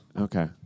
Okay